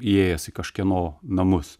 įėjęs į kažkieno namus